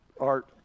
art